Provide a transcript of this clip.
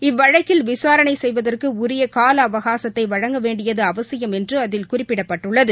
இவ்வழக்கில் விசாரணை செய்தவற்கு உரிய காலஅவகாசத்தை வழங்க வேண்டியதின் அவசியம் என்று அதில் குறிப்பிடப்பட்டுள்ளது